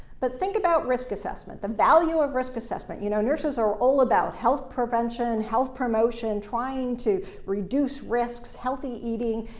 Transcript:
but think about risk assessment, the value of risk assessment. you know, nurses are all about health prevention, health promotion, trying to reduce risks, healthy eating.